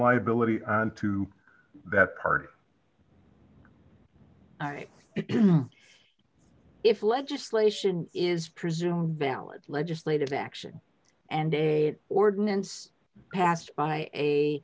liability onto that part if legislation is presumed valid legislative action and a ordinance passed by a